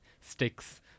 sticks